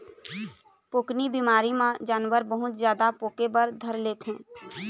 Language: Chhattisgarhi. पोकनी बिमारी म जानवर बहुत जादा पोके बर धर लेथे